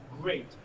great